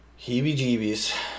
heebie-jeebies